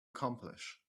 accomplish